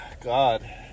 God